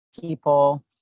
people